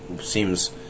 seems